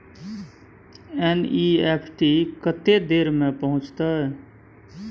NEFT कत्ते देर में पहुंचतै?